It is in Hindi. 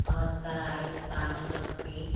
और कढ़ाई में पानी रख के